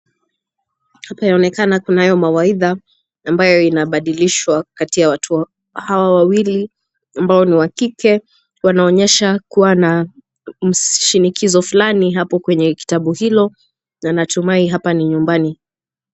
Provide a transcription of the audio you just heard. Hapa yaonekana kunayo mawaidha ambayo inabadilishwa kati ya watu hawa wawili ambao ni wa kike. Wanaonyesha kuwa na shinikizo fulani hapo kwenye kitabu hilo na natumai hapa ni nyumbani.